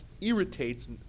irritates